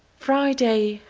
friday,